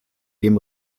dem